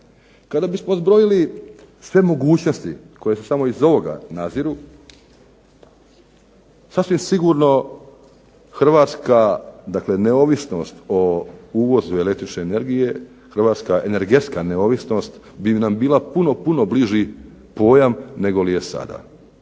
Kada bismo zbrojili sve mogućnosti koje se samo iz ovoga naziru sasvim sigurno hrvatska dakle neovisnost o uvozu električne energije, hrvatska energetska neovisnost bi nam bila puno, puno bliži pojam negoli je sada.